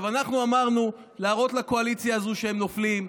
אנחנו אמרנו: להראות לקואליציה הזאת שהם נופלים,